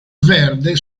verde